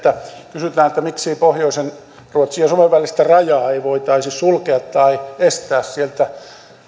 kysytään miksi pohjoisen ruotsin ja suomen välistä rajaa ei voitaisi sulkea tai estää sieltä